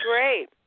great